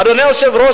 אדוני היושב-ראש,